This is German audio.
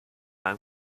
einem